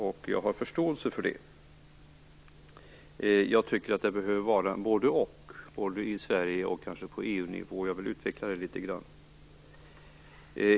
Jag har förståelse för det, men jag tycker att den behöver vara både och - både nationell och på EU-nivå. Jag skall utveckla detta litet grand.